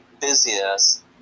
busyness